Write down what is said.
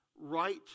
right